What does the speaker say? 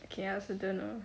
okay I also don't know